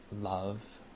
love